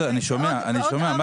אני שומע.